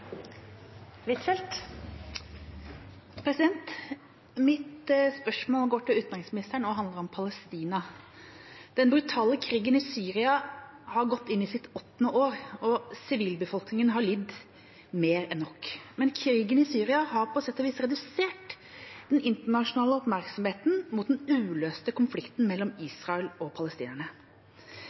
handler om Palestina. Den brutale krigen i Syria har gått inn i sitt åttende år, og sivilbefolkningen har lidd mer enn nok. Men krigen i Syria har på sett og vis redusert den internasjonale oppmerksomheten mot den uløste konflikten mellom Israel og palestinerne.